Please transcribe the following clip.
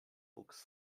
books